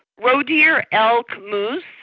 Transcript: roe deer, elk, moose,